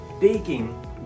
taking